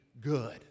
good